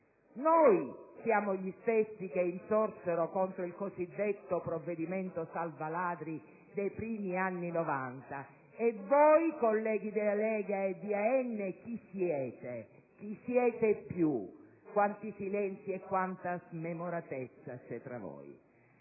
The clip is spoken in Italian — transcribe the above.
Noi siamo gli stessi che insorsero contro il cosiddetto provvedimento salva-ladri dei primi anni '90 e voi, colleghi della Lega e di Alleanza Nazionale, chi siete? Chi siete più? Quanti silenzi e quanta smemoratezza ci sono tra voi!